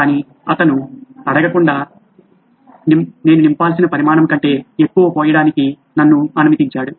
కాని అతను అడగకుండా నేను నింపాల్సిన పరిమాణం కంటే ఎక్కువ పోయడానికి నన్ను అనుమతించాడు